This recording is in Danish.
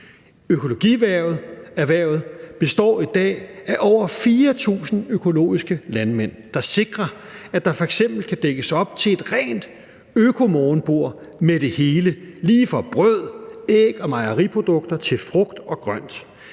Økologierhvervet består i dag af over 4.000 økologiske landmænd, der sikrer, at der f.eks. kan dækkes op til et rent økomorgenbord med det hele, lige fra brød, æg og mejeriprodukter til frugt og grønt.